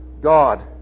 God